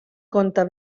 comte